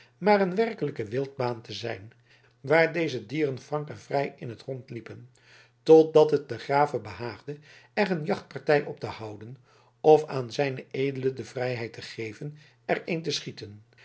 maar een werkelijke wildbaan te zijn waar deze dieren frank en vrij in t rond liepen totdat het den grave behaagde er een jachtpartij op te houden of aan zijn edelen de vrijheid te geven er een te schieten